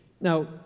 Now